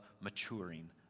maturing